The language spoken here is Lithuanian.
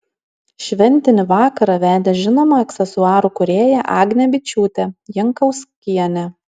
šventinį vakarą vedė žinoma aksesuarų kūrėja agnė byčiūtė jankauskienė